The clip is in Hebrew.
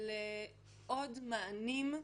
לעוד מענים,